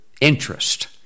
interest